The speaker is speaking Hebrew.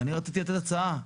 ואני רציתי לתת הצעה.